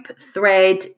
thread